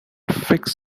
fix